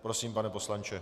Prosím, pane poslanče.